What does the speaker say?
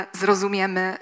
zrozumiemy